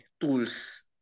tools